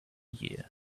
year